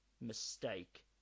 mistake